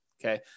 Okay